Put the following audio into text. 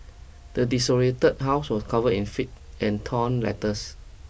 the desolated house was covered in filth and torn letters